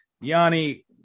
Yanni